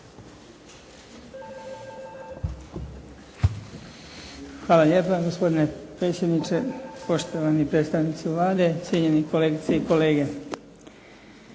Hvala lijepa gospodine predsjedniče. Poštovani predstavnici Vlade, cijenjeni kolegice i kolege.